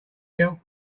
girl